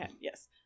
yes